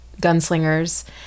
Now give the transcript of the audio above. gunslingers